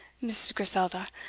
mrs. griselda,